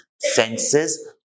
senses